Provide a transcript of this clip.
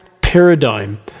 paradigm